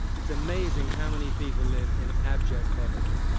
it's amazing how many people live in abject poverty.